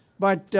but